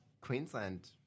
Queensland